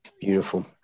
Beautiful